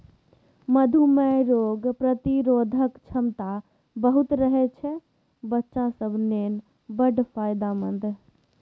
मधु मे रोग प्रतिरोधक क्षमता बहुत रहय छै बच्चा सब लेल बड़ फायदेमंद